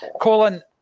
Colin